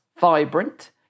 vibrant